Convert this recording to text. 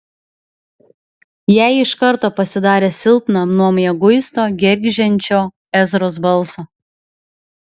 jai iš karto pasidarė silpna nuo mieguisto gergždžiančio ezros balso